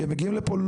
כי הם מגיעים לפה,